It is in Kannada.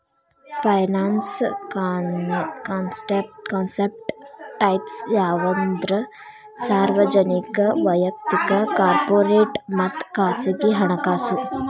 ಫೈನಾನ್ಸ್ ಕಾನ್ಸೆಪ್ಟ್ ಟೈಪ್ಸ್ ಯಾವಂದ್ರ ಸಾರ್ವಜನಿಕ ವಯಕ್ತಿಕ ಕಾರ್ಪೊರೇಟ್ ಮತ್ತ ಖಾಸಗಿ ಹಣಕಾಸು